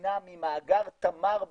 המדינה ממאגר תמר בלבד,